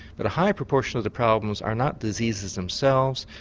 but a higher proportion of the problems are not diseases themselves,